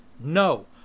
no